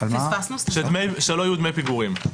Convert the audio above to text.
שלא יהיו דמי פיגורים.